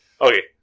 Okay